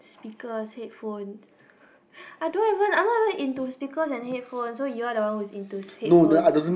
speakers headphone I don't even I'm not even into speakers and headphones so you are the one who's into headphones